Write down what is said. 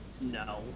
No